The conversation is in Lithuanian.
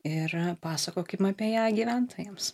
ir pasakokim apie ją gyventojams